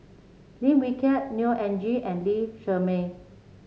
Lim Wee Kiak Neo Anngee and Lee Shermay